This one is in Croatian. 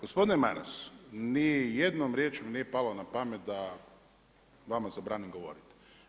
Gospodine Maras, ni jednom riječju mi nije palo na pamet da vama zabranim govoriti.